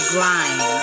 Grind